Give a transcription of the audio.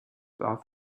war